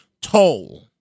toll